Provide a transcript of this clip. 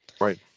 Right